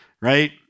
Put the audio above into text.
right